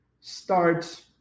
start